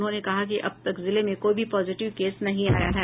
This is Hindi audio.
उन्होंने कहा कि अब तक जिले में कोई भी पॉजिटिव केस नहीं आया है